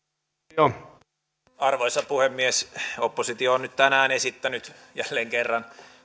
arvoisa puhemies oppositio on nyt tänään esittänyt jälleen kerran